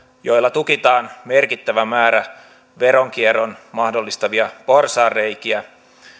joilla tukitaan merkittävä määrä veronkierron mahdollistavia porsaanreikiä